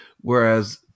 whereas